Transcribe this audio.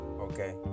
Okay